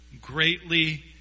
Greatly